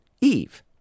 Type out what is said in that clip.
Eve